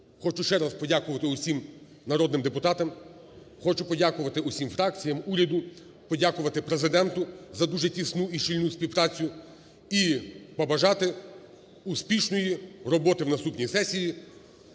Хочу ще раз подякувати всім народним депутатам, хочу подякувати всім фракціям, уряду, подякувати Президенту за дуже тісну і щільну співпрацю і побажати успішної роботи в наступній сесії.